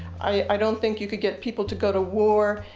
i don't think you can get people to go to war,